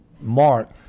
Mark